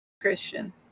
Christian